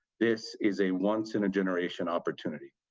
this is a once in a generation opportunity!